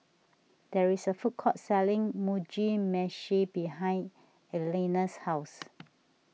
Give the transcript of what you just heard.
there is a food court selling Mugi Meshi behind Elena's house